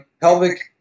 pelvic